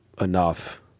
enough